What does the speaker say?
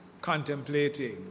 contemplating